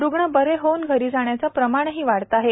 रुग्ण बरे होऊन घरी जाण्याचे प्रमाणही वाढते आहे